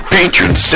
Patron